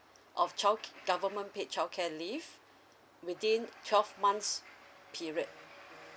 of childc~ government paid childcare leave within twelve months' period